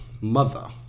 Mother